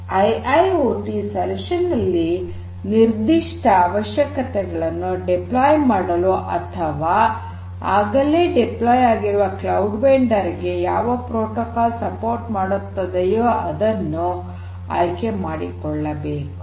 IIoT ಪರಿಹಾರದಲ್ಲಿ ನಿರ್ಧಿಷ್ಟ ಅವಶ್ಯಕತೆಗಳನ್ನು ಡಿಪ್ಲೋಯ್ ಮಾಡಲು ಅಥವಾ ಆಗಲೇ ಡಿಪ್ಲೋಯ್ ಆಗಿರುವ ಕ್ಲೌಡ್ ವೆಂಡರ್ ಗೆ ಯಾವ ಪ್ರೋಟೋಕಾಲ್ ಸಪೋರ್ಟ್ ಮಾಡುತ್ತದೆಯೋ ಅದನ್ನು ಆಯ್ಕೆ ಮಾಡಿಕೊಳ್ಳಬೇಕು